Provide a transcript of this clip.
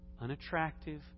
unattractive